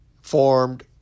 formed